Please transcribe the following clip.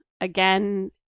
again